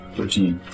Thirteen